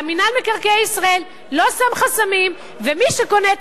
מינהל מקרקעי ישראל לא שם חסמים ומי שקונה את